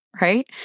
right